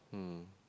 mm